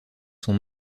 son